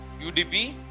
UDP